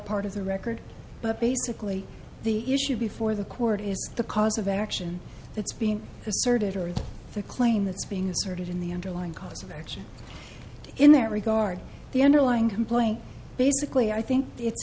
part of the record but basically the issue before the court is the cause of action that's being asserted or the claim that's being asserted in the underlying cause of action in that regard the underlying complaint basically i think it's